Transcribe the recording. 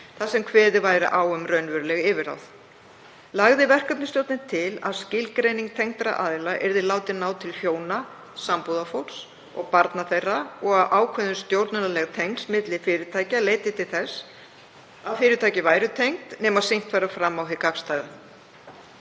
þar sem kveðið væri á um raunveruleg yfirráð. Lagði verkefnastjórnin til að skilgreining tengdra aðila yrði látin ná til hjóna, sambúðarfólks og barna þeirra og að ákveðin stjórnunarleg tengsl milli fyrirtækja leiddu til þess að fyrirtæki væru talin tengd, nema sýnt væri fram á hið gagnstæða.